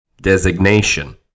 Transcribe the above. designation